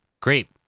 great